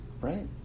Right